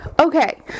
Okay